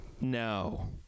No